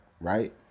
right